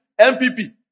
MPP